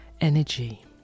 energy